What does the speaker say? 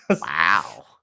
wow